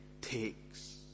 takes